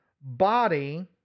body